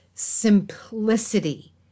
simplicity